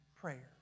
prayer